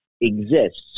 exists